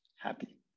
Happy